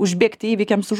užbėgti įvykiams už